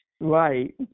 Right